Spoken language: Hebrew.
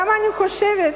אני גם חושבת,